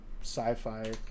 Sci-fi